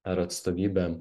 ar atstovybę